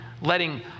letting